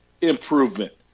improvement